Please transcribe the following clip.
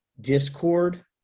discord